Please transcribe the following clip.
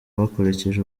bakurikije